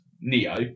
Neo